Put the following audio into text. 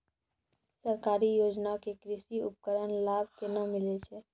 सरकारी योजना के कृषि उपकरण लाभ केना मिलै छै?